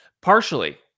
Partially